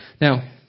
Now